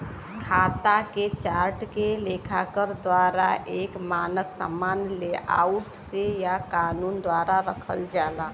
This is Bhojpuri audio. खाता के चार्ट के लेखाकार द्वारा एक मानक सामान्य लेआउट से या कानून द्वारा रखल जाला